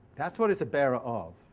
that's what it is a bearer of.